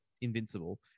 invincible